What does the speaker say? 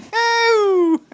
oh,